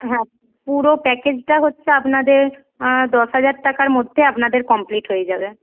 হ্যাঁ পুরো প্যাকেজটা হচ্ছে আপনাদের দশ হাজার টাকার মধ্যে আপনাদের কমপ্লিট হয়ে যাবে